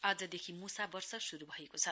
आजदेखि मूसा वर्ष श्रु भएको छ